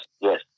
yes